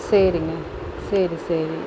சரிங்க சரி சரி